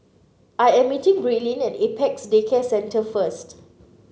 I am meeting Braelyn at Apex Day Care Centre first